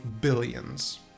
billions